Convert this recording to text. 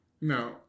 No